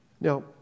Now